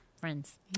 friends